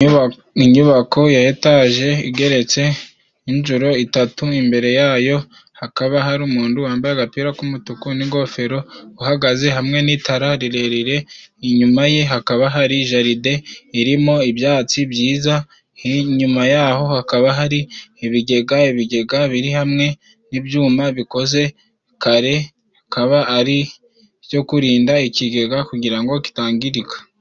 Inyubako ya etaje igeretse inshuro itatu. Imbere yayo hakaba hari umundu wambaye agapira k'umutuku n'ingofero, uhagaze hamwe n'itara rirerire. Inyuma ye, hakaba hari jaride irimo ibyatsi byiza. Inyuma yaho hakaba hari ibigega, ibigega biri hamwe n'ibyuma bikoze kare. Akaba ari ibyo kurinda ikigega kugira ngo kitangirika.